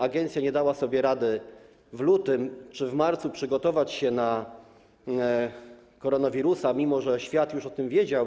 Agencja nie dała sobie rady w lutym czy w marcu przygotować się na koronawirusa, mimo że świat już o tym wiedział.